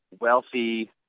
wealthy